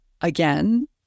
Again